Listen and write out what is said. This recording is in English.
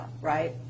right